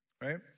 right